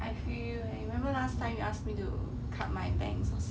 I feel eh remember last time you asked me to cut my bangs